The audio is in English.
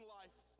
life